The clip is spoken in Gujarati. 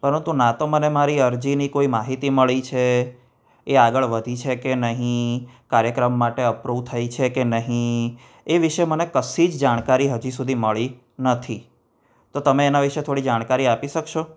પરંતુ ના તો મને મારી અરજીની કોઈ માહિતી મળી છે એ આગળ વધી છે કે નહીં કાર્યક્રમ માટે અપ્રુવ થઈ છે કે નહીં એ વિશે મને મને કશી જ જાણકારી હજી સુધી મળી નથી તો તમે એના વિશે થોડી જાણકારી આપી શકશો